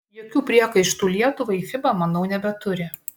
jokių priekaištų lietuvai fiba manau nebeturi